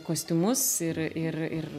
kostiumus ir ir ir